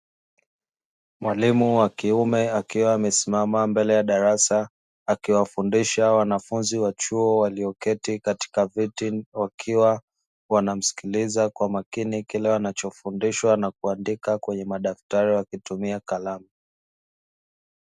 Mwalimu wa kiume akiwa amesimama mbele ya darasa akiwafundisha wanafunzi wa chuo walioketi katika viti, wakiwa wanamsikiliza kwa makini kile wanachofundishwa na kuandika kwenye madaftari wakitumia kalamu.